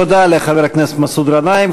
תודה לחבר הכנסת מסעוד גנאים.